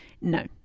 No